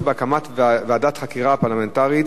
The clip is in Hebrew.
הקמת ועדת חקירה פרלמנטרית,